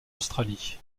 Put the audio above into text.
australie